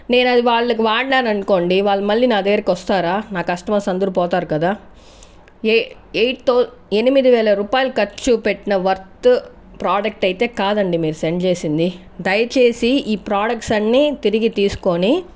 నేను అది వాళ్లకు వాడినాను అనుకోండి వాళ్ళు మళ్ళీ నా దగ్గరికి వస్తారా నా కష్టమర్స్ అందరు పోతారు కదా ఎయి ఎయిట్ తో ఎనిమిది వేల రూపాయలు ఖర్చుపెట్టిన వర్తు ప్రోడక్ట్ అయితే కాదండి మీరు సెండ్ చేసింది దయచేసి ఈ ప్రోడక్ట్స్ అన్ని తిరిగి తీసుకొని